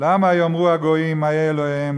"למה יאמרו הגוייִם איה אלהיהם.